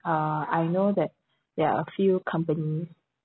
uh I know that there are a few company